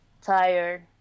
tired